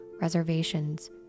reservations